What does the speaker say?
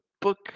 book